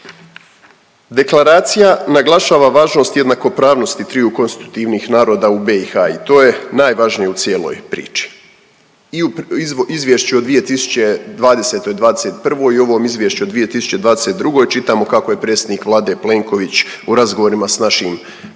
Deklaracija naglašava važnost jednakopravnosti triju konstitutivnih naroda u BiH i to je najvažnije u cijeloj priči. I u Izvješću od 2020., 2021. i ovom Izvješću o 2022. čitamo kako je predsjednik Vlade Plenković u razgovorima sa našim partnerima